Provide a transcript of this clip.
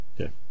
Okay